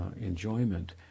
enjoyment